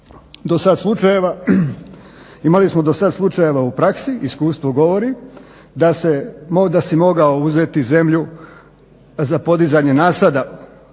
praksi do sad slučajeva, iskustvo govori da si mogao uzeti zemlju za podizanje nasada,